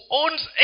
owns